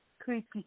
creepy